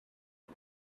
but